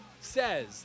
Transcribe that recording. says